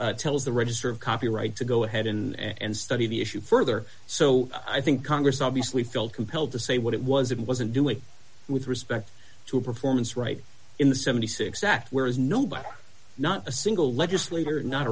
d tells the register of copyright to go ahead and study the issue further so i think congress obviously felt compelled to say what it was it wasn't doing with respect to a performance right in the seventy six dollars act where is nobody not a single legislator not